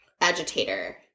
agitator